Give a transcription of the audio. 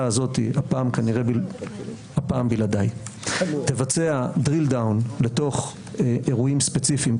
הזאת הפעם בלעדיי תבצע drill down לתוך אירועים ספציפיים,